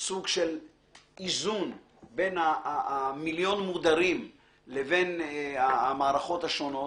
סוג של איזון בין מיליון מודרים לבין המערכות השונות,